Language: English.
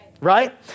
right